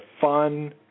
fun